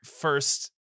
first